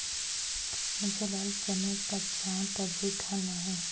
मुझे लाल चने का चाट अभी खाना है